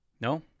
No